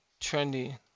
trendy